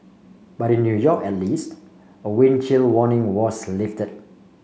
but in New York at least a wind chill warning was lifted